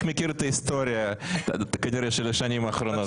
מכיר את ההיסטוריה כנראה של השנים האחרונות.